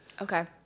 Okay